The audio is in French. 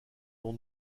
dont